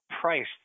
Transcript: price